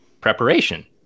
preparation